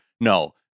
No